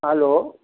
hello